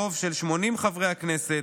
ברוב של 80 חברי הכנסת,